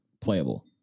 playable